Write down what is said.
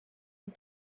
and